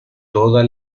toda